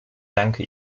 danke